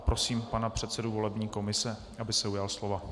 Prosím pana předsedu volební komise, aby se ujal slova.